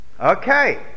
Okay